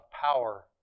power